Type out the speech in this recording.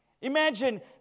Imagine